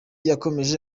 yakomeje